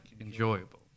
enjoyable